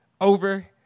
over